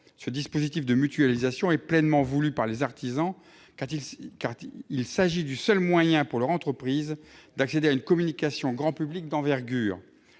ce dispositif de mutualisation est pleinement voulu par les artisans, car il s'agit du seul moyen pour leur entreprise d'accéder à une communication grand public d'envergure